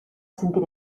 sentir